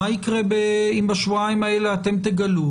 מה יקרה אם בשבועיים האלה אתם תגלו